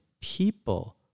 people